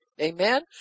Amen